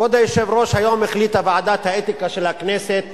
כבוד היושב-ראש, היום החליטה ועדת האתיקה של הכנסת